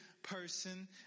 Person